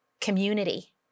community